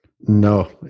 No